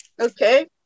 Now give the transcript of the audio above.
okay